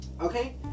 okay